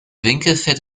winkelfeld